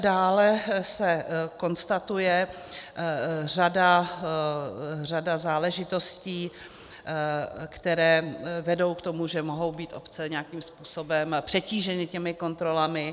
Dále se konstatuje řada záležitostí, které vedou k tomu, že mohou být obce nějakým způsobem přetíženy kontrolami.